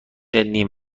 نیم